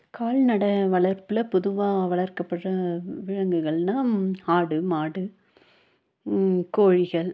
கால்நடை வளர்ப்பில் பொதுவாக வளர்க்கபடுற வி விலங்குகள்ன்னால் ஆடு மாடு கோழிகள்